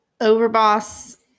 overboss